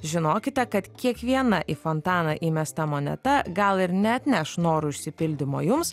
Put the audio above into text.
žinokite kad kiekviena į fontaną įmesta moneta gal ir neatneš norų išsipildymo jums